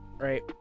right